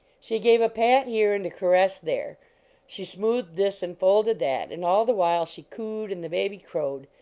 she gave a pat here and a caress there she smoothed this and folded that, and all the while she cooed and the baby crowed.